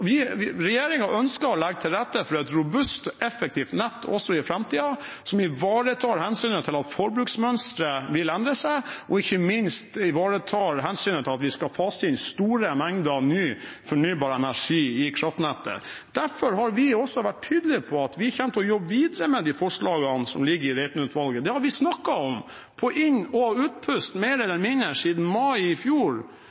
ønsker å legge til rette for et robust og effektivt nett også i framtiden, som ivaretar hensynet til at forbruksmønsteret vil endre seg, og ikke minst ivaretar hensynet til at vi skal fase inn store mengder ny fornybar energi i kraftnettet. Derfor har vi vært tydelig på at vi kommer til å jobbe videre med de forslagene som ligger i Reiten-utvalgets innstilling. Det har vi snakket om – på inn- og utpust – mer eller mindre siden mai i fjor.